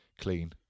clean